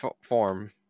form